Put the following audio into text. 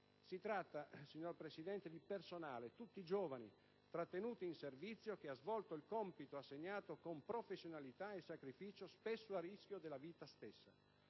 Si tratta, signor Presidente, di personale, composto interamente da giovani trattenuti in servizio, che ha svolto il compito assegnato con professionalità e sacrificio, spesso a rischio della vita stessa.